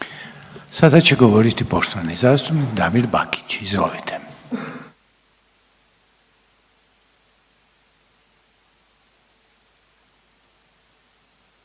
Sada će govoriti poštovani zastupnik Damir Bakić. Izvolite.